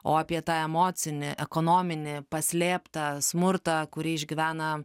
o apie tą emocinį ekonominį paslėptą smurtą kurį išgyvena